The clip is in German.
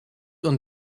und